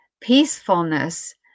peacefulness